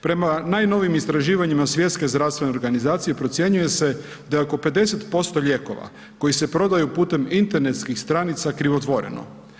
Prema najnovijim istraživanjima Svjetske zdravstvene organizacije, procjenjuje se da je oko 50% lijekova koji se prodaju putem internetskih stranica krivotvoreno.